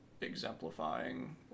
exemplifying